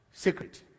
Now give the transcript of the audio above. Secret